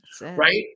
Right